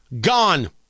gone